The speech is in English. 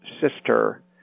sister